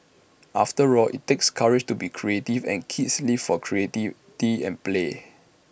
after all IT takes courage to be creative and kids live for creativity and play